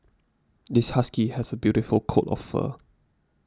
this husky has a beautiful coat of fur